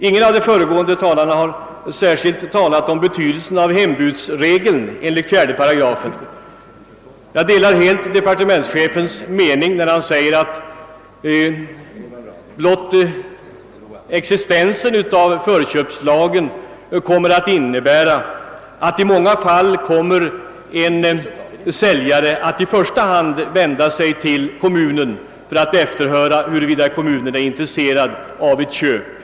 Ingen av de föregående talarna har särskilt talat om betydelsen om hembudsregeln enligt 4 §. Jag delar helt departementschefens mening då han säger att blotta existensen av förköpslagen kommer att innebära att säljaren ofta i första hand kommer att vända sig till kommunen för att efterhöra huruvida kommunen är intresserad av ett köp.